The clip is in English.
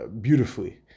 beautifully